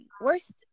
worst